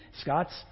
Scott's